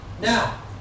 Now